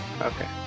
Okay